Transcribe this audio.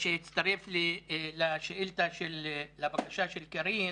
שהצטרף לבקשתה של חברת הכנסת קארין